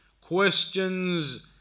Questions